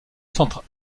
centre